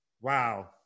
Wow